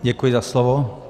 Děkuji za slovo.